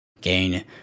Gain